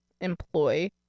employ